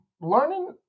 learning